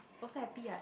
also happy what